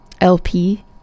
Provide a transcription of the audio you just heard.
LP